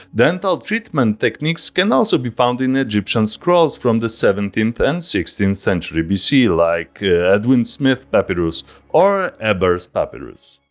dental treatment techniques can also be found in egyptian scrolls from the seventeenth and sixteenth century bc, like edwin smith papyrus or ebers papyrus.